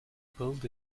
build